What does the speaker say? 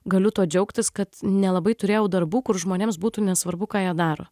galiu tuo džiaugtis kad nelabai turėjau darbų kur žmonėms būtų nesvarbu ką jie daro